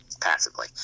Passively